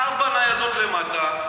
ארבע ניידות למטה,